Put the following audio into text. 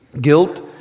Guilt